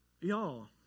Y'all